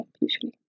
usually